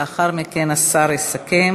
לאחר מכן השר יסכם.